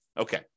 Okay